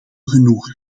genoegen